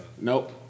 Nope